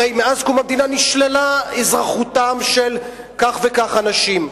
הרי מאז קום המדינה נשללה אזרחותם של כך וכך אנשים.